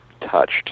touched